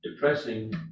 depressing